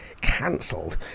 cancelled